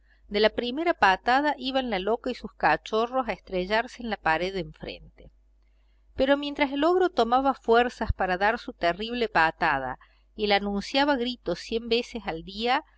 de la primera patada iban la loca y sus cachorros a estrellarse en la pared de enfrente pero mientras el ogro tomaba fuerzas para dar su terrible patada y la anunciaba a gritos cien veces al día